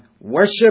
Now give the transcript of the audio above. worship